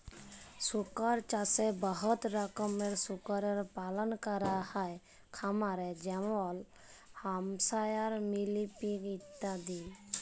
শুকর চাষে বহুত রকমের শুকরের পালল ক্যরা হ্যয় খামারে যেমল হ্যাম্পশায়ার, মিলি পিগ ইত্যাদি